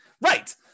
Right